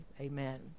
amen